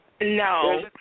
No